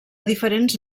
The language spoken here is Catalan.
diferents